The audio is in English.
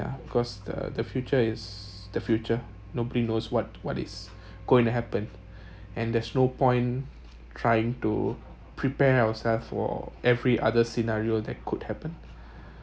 yeah because the the future is the future nobody knows what what is going to happen and there's no point trying to prepare ourselves for every other scenario that could happen